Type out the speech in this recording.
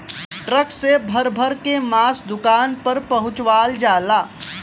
truck से भर भर के मांस दुकान पर पहुंचवाल जाला